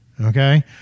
Okay